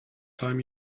time